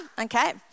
okay